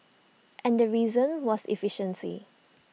and the reason was efficiency